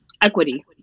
equity